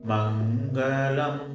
Mangalam